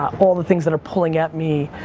all the things that are pulling at me,